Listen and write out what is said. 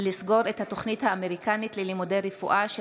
לסגור את התוכנית האמריקנית ללימודי רפואה.